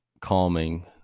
calming